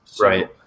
Right